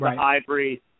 Ivory